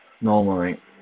normally